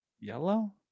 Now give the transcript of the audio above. yellow